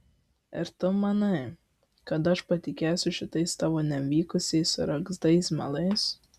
ir tu manai kad aš patikėsiu šitais tavo nevykusiai suregztais melais